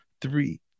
three